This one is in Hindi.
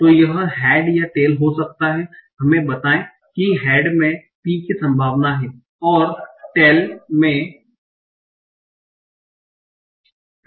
तो यह हेड या टेल हो सकता है हमें बताएं कि हेड में P की संभावना है और टेल में P माइनस 1 की संभावना है